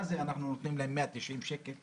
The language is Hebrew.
מה זה שאנחנו נותנים להם 190 שקל?